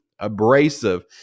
abrasive